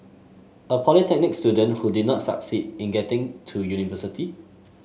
a polytechnic student who did not succeed in getting to university